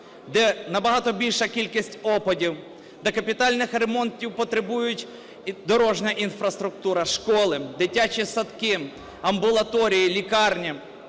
де набагато більша кількість опадів, де капітальних ремонтів потребують дорожня інфраструктура, школи, дитячі садки, амбулаторії, лікарні,